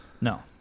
No